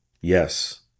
Yes